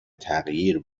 تغییر